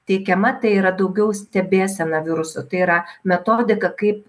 teikiama tai yra daugiau stebėsena viruso tai yra metodika kaip